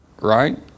Right